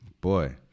Boy